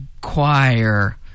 choir